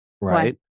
right